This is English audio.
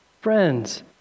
Friends